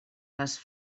les